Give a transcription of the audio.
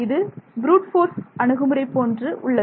இது brute force அணுகுமுறை போன்று உள்ளது